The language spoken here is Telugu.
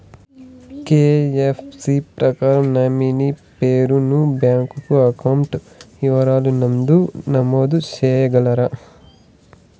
కె.వై.సి ప్రకారం నామినీ పేరు ను బ్యాంకు అకౌంట్ వివరాల నందు నమోదు సేయగలరా?